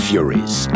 Furies